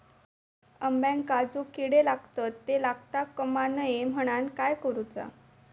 अंब्यांका जो किडे लागतत ते लागता कमा नये म्हनाण काय करूचा?